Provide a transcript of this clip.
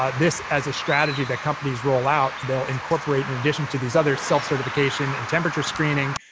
ah this, as a strategy that companies roll out, they'll incorporate in addition to these other self certification and temperature screening.